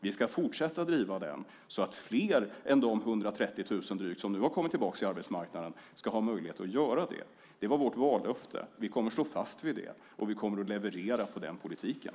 Vi ska fortsätta att driva den så att fler än de drygt 130 000 som nu har kommit tillbaka till arbetsmarknaden ska ha möjlighet att göra det. Det var vårt vallöfte. Vi kommer att stå fast vid det och kommer att leverera på den politiken.